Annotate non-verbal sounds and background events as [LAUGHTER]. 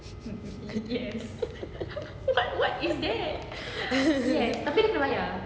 [LAUGHS]